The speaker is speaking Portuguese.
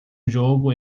jogo